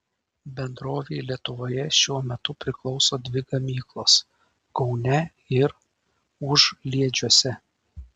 bendrovei lietuvoje šiuo metu priklauso dvi gamyklos kaune ir užliedžiuose